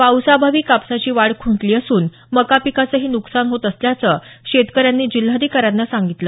पावसाअभावी कापसाची वाढ खुंटली असून मका पिकांचही नुकसान होत असल्याचं शेतकऱ्यांनी जिल्हाधिकाऱ्यांना सांगितलं